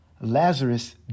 Lazarus